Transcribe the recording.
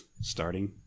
starting